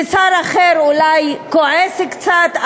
ושר אחר אולי כועס קצת,